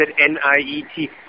N-I-E-T